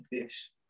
fish